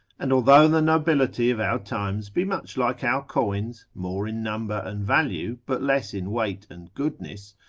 and although the nobility of our times be much like our coins, more in number and value, but less in weight and goodness,